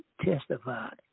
testified